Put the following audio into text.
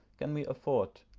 can we afford,